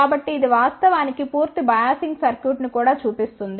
కాబట్టి ఇది వాస్తవానికి పూర్తి బయాసింగ్ సర్క్యూట్ను కూడా చూపిస్తుంది